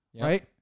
right